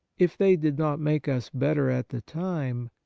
if they did not make us better at the time,